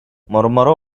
mormorò